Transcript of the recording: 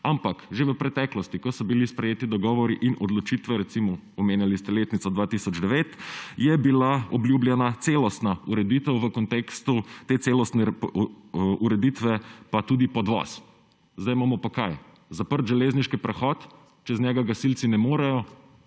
Ampak že v preteklosti, ko so bili sprejeti dogovori in odločitve, recimo, omenjali ste letnico 2009, je bila obljubljena celostna ureditev v kontekstu te celostne ureditve pa tudi podvoz. Zdaj pa imamo – kaj? Zaprt železniški prehod, čez njega gasilci ne morejo,